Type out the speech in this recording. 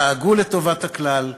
דאגו לטובת הכלל,